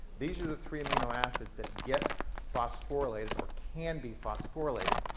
these are the three amino acids that get phosphorylated or can be phosphorylated.